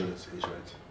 insurance insurance